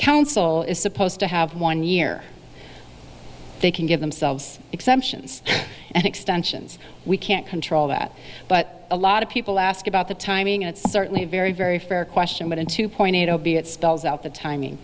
council is supposed to have one year they can give themselves exemptions and extensions we can't control that but a lot of people ask about the timing it's certainly a very very fair question but in two point eight zero b it spells out the timing